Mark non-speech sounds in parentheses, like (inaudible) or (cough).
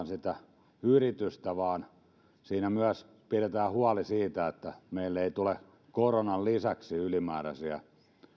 (unintelligible) sitä yritystä vaan siitä että myös pidetään huoli siitä että meille ei tule koronan lisäksi ylimääräisiä